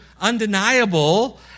undeniable